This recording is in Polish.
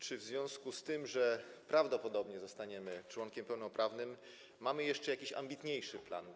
Czy w związku z tym, że prawdopodobnie zostaniemy członkiem pełnoprawnym, mamy jeszcze jakiś ambitniejszy plan?